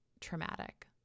traumatic